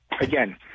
again